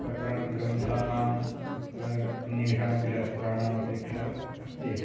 प्रकरणग्रन्थानां तत्र अन्येषामपि शास्त्राणामपेक्षा अस्ति अस्त्येव